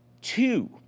Two